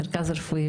מרכז רפואי.